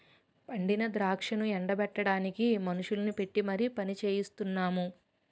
పండిన ద్రాక్షను ఎండ బెట్టడానికి మనుషుల్ని పెట్టీ మరి పనిచెయిస్తున్నాము